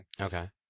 Okay